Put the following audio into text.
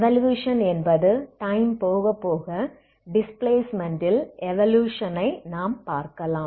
evolution என்பது time போக போக டிஸ்பிளேஸ்மென்டில் எவல்யூஷனை நாம் பார்க்கலாம்